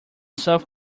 south